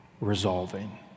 resolving